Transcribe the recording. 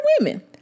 women